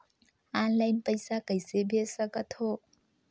Online पइसा कइसे भेज सकत हो?